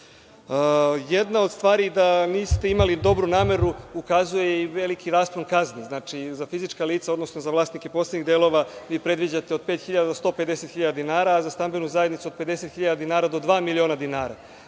od stvari da niste imali dobru nameru ukazuje i veliki raspon kazni za fizička lica, odnosno za vlasnike posebnih delova vi predviđate od 5.000 do 150.000 dinara, a za stambenu zajednicu od 50.000 dinara do 2.000.000. dinara.